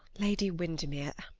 lady windermere,